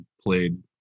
played